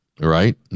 right